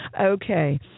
Okay